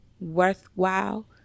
worthwhile